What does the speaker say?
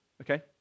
Okay